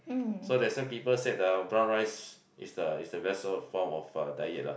so that's why people said the brown rice is the is the best sort of form of diet lah